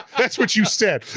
that's what you said,